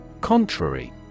Contrary